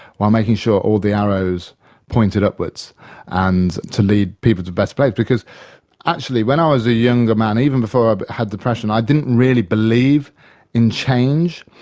while making sure all the arrows pointed upwards and to lead people to a better place. because actually when i was a younger man, even before i had depression, i didn't really believe in change.